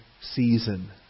season